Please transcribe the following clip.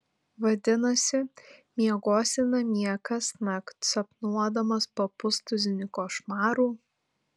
vadinasi miegosi namie kasnakt sapnuodamas po pustuzinį košmarų